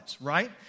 right